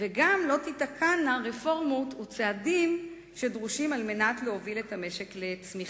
וגם לא ייתקעו רפורמות וצעדים שדרושים על מנת להוביל את המשק לצמיחה.